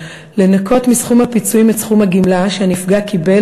לנכות מסכום הפיצויים את סכום הגמלה שהנפגע קיבל